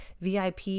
VIP